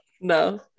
No